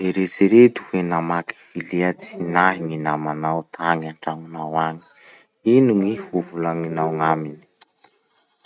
Eritsereto hoe namaky vilia tsinahy gny namanao tagny antragnonao agny. Ino gny hovolagninao gn'aminy?